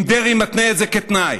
אם דרעי מתנה את זה כתנאי.